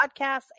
Podcasts